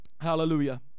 Hallelujah